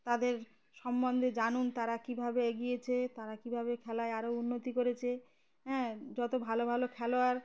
তাদের সম্বন্ধে জানুন তারা কীভাবে এগিয়েছে তারা কীভাবে খেলায় আরও উন্নতি করেছে হ্যাঁ যত ভালো ভালো খেলোয়াড়